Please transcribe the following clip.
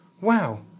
wow